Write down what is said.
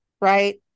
right